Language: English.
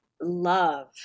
love